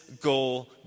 goal